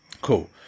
cool